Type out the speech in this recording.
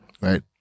right